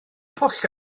pwll